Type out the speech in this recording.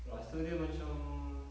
rasa dia macam